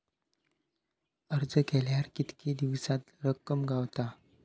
अर्ज केल्यार कीतके दिवसात रक्कम गावता?